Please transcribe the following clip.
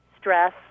stress